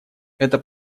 это